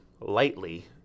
lightly